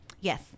Yes